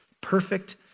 perfect